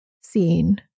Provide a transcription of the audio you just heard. seen